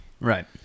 Right